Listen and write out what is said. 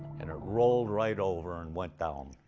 and it rolled right over and went down.